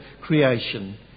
creation